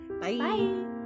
bye